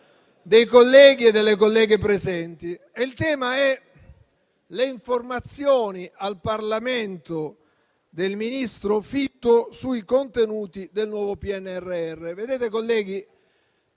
dei colleghi e delle colleghe presenti. Mi riferisco alle informazioni al Parlamento del ministro Fitto sui contenuti del nuovo PNRR. La mancanza di